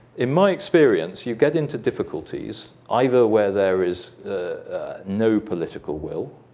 in my experience, you get into difficulties either where there is no political will,